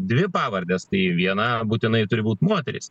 dvi pavardes tai viena būtinai turi būt moteris